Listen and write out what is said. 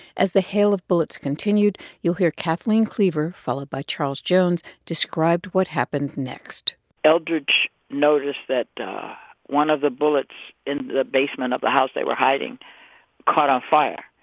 as the hail of bullets continued, you'll hear kathleen cleaver, followed by charles jones, describe what happened next eldridge noticed that one of the bullets in the basement of the house they were hiding caught on fire.